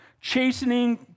chastening